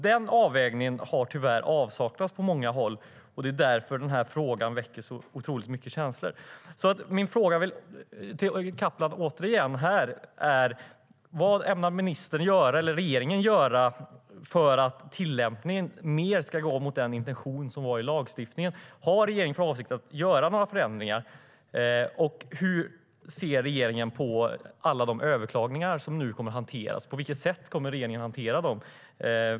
Den avvägningen har tyvärr saknats på många håll, och det är därför denna fråga väcker så otroligt mycket känslor. Mina frågor till Kaplan är återigen: Vad ämnar regeringen göra för att tillämpningen mer ska gå mot den intention som finns i lagstiftningen? Har regeringen för avsikt att göra några förändringar? Hur ser regeringen på alla de överklaganden som nu kommer att hanteras? På vilket sätt kommer regeringen att hantera dem?